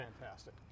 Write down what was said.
fantastic